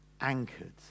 anchored